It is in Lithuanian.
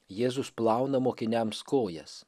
jėzus plauna mokiniams kojas